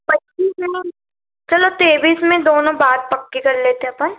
पच्चीस मैम चलो तेईस में दोनों बात पक्की कर लेते हैं अपन